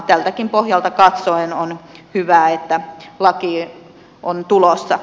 tältäkin pohjalta katsoen on hyvä että laki on tulossa